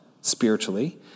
spiritually